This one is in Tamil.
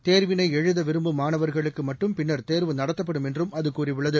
தோ்வினை எழுத விரும்பும் மாணவா்களுக்கு மட்டும் பின்னா் தோ்வு நடத்தப்படும் என்றும் அது கூறியுள்ளது